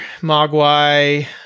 mogwai